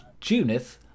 Junith